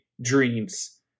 dreams